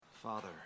Father